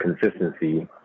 consistency